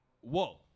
whoa